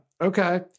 okay